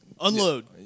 Unload